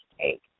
take